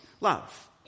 love